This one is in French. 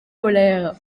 polaire